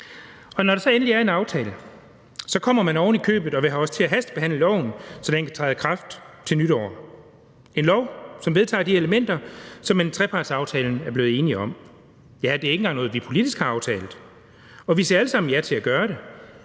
Når der så endelig er en aftale, kommer man ovenikøbet og vil have os til at hastebehandle lovforslaget, så loven kan træde i kraft til nytår. Det er et lovforslag, som vedtager de elementer, som man i trepartsaftalen er blevet enige om. Det er ikke engang noget, vi politisk har aftalt, og vi siger alle sammen ja til at gøre det.